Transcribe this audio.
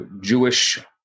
Jewish